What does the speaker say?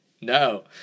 no